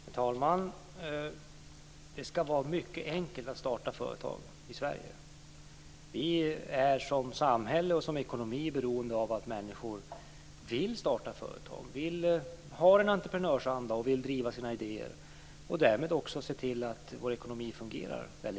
Herr talman! Det skall vara mycket enkelt att starta företag i Sverige. Vi är som samhälle och ekonomi beroende av att människor vill starta företag, har entreprenörsanda och vill driva sina idéer och därmed också ser till att vår ekonomi fungerar väl.